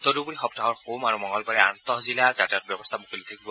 তদুপৰি সপ্তাহৰ সোম আৰু মঙলবাৰে আন্তঃজিলা যাতায়াত ব্যৱস্থা মুকলি থাকিব